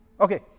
Okay